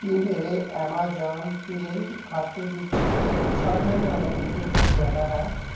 ਕੀ ਮੇਰੇ Amazon Pay ਖਾਤੇ ਵਿੱਚ ਸੱਠ ਹਜ਼ਾਰ ਰੁਪਈਏ ਤੋਂ ਜ਼ਿਆਦਾ ਹੈ